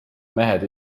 mehed